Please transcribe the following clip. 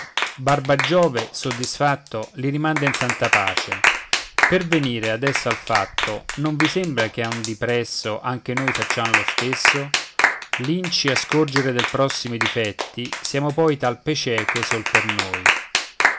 giove soddisfatto li rimanda in santa pace per venire adesso al fatto non vi sembra che a un dipresso anche noi facciam lo stesso linci a scorgere del prossimo i difetti siamo poi talpe cieche sol per noi